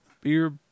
beer